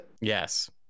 Yes